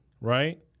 right